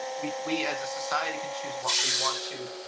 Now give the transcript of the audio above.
we we as a society can choose what we want to.